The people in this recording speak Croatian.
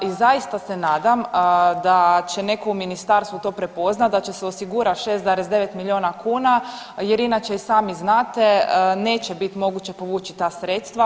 I zaista se nadam da će netko u ministarstvu to prepoznati da će se osigurati 6,9 milijuna kuna jer inače i sami znate neće biti moguće povući ta sredstva.